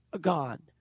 gone